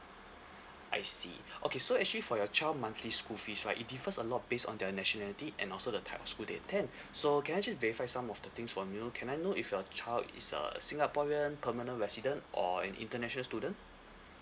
I see okay so actually for your child monthly school fees right it differs a lot based on their nationality and also the type of school they attend so can I actually verify some of the things from you can I know if your child is a singaporean permanent resident or an international student